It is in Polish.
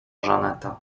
żaneta